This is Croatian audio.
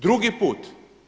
Drugi put.